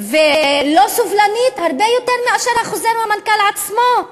ולא סובלנית, הרבה יותר מאשר חוזר המנכ"ל עצמו.